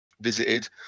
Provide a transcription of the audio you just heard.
visited